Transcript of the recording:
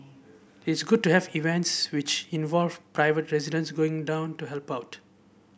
it's good to have events which involve private residents going down to help out